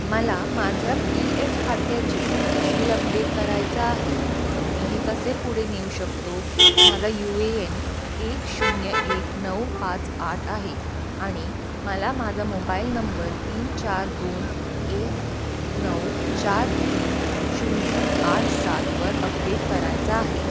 मला माझ्या P F खात्याचे तपशील अपडेट करायचा आहेत मी हे कसे पुढे नेऊ शकतो माझा यू ए एन एक शून्य एक नऊ पाच आठ आहे आणि मला माझा मोबायल नंबर तीन चार दोन एक नऊ चार तीन शून्य आठ सात वर अपडेट करायचा आहे